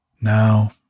Now